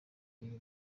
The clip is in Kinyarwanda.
ibi